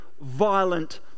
violent